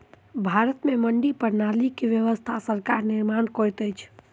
भारत में मंडी प्रणाली के व्यवस्था सरकार निर्माण करैत अछि